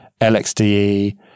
LXDE